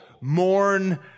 mourn